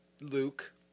Luke